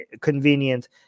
convenient